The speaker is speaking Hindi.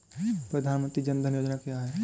प्रधानमंत्री जन धन योजना क्या है?